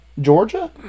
Georgia